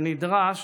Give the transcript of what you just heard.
כנדרש